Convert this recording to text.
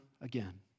again